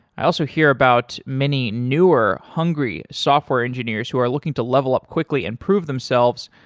i also hear about many newer, hungry software engineers who are looking to level up quickly and prove themselves